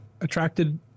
attracted